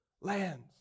lands